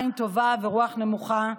עין טובה ורוח נמוכה.